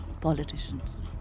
politicians